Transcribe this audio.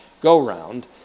go-round